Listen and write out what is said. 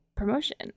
promotion